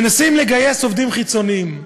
מנסים לגייס עובדים חיצוניים.